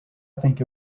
think